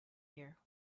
here